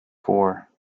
four